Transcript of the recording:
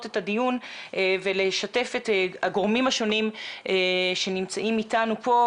את הדיון ולשתף את הגורמים השונים שנמצאים איתנו פה,